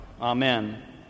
Amen